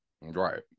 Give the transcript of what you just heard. Right